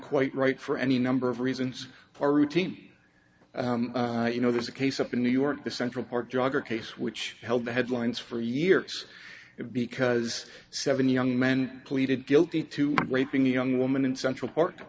quite right for any number of reasons or routine you know there's a case up in new york the central park jogger case which held the headlines for years because seven young men pleaded guilty to raping a young woman in central park